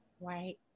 Right